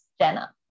Jenna